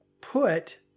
put